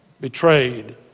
betrayed